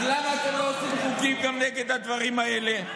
אז למה אתם לא עושים חוקים גם נגד הדברים האלה?